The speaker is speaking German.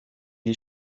die